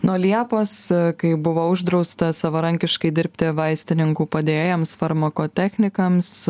nuo liepos kai buvo uždrausta savarankiškai dirbti vaistininkų padėjėjams farmakotechnikams